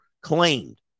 claimed